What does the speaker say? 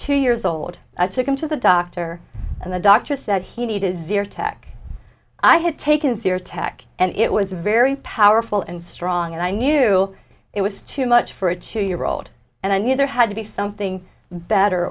two years old i took him to the doctor and the doctor said he needed zyrtec i had taken sears tack and it was very powerful and strong and i knew it was too much for a two year old and i knew there had to be something better